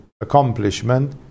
accomplishment